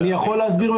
אני יכול להסביר,